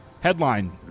Headline